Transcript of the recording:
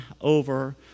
over